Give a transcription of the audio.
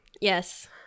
Yes